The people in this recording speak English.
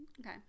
Okay